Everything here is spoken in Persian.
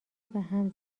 بهم